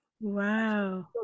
Wow